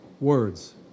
Words